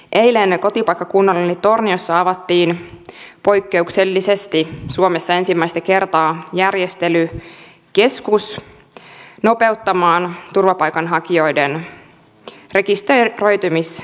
eilen kotipaikkakunnallani torniossa avattiin poikkeuksellisesti suomessa ensimmäistä kertaa järjestelykeskus nopeuttamaan turvapaikanhakijoiden rekisteröitymisprosessia